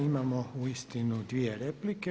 Imamo uistinu dvije replike.